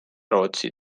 rootsi